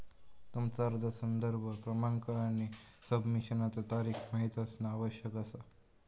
तुमका अर्ज संदर्भ क्रमांक आणि सबमिशनचा तारीख माहित असणा आवश्यक असा